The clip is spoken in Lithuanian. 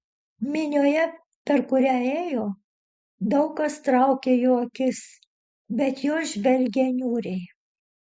minioje per kurią ėjo daug kas traukė jo akis bet jos žvelgė niūriai